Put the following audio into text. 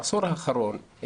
בעשור האחרון,